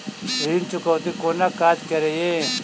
ऋण चुकौती कोना काज करे ये?